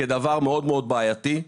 כדבר מאוד מאוד בעייתי.